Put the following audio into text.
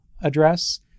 address